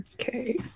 Okay